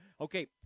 Okay